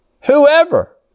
whoever